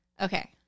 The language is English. okay